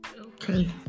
okay